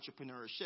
entrepreneurship